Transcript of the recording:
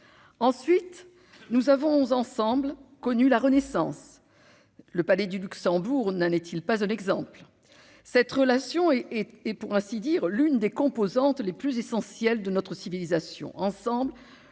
ensuite nous avons ensemble connu la renaissance, le palais du Luxembourg n'a, n'est-il pas un exemple cette relation et et pour ainsi dire, l'une des composantes les plus essentiels de notre civilisation